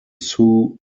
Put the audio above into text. sue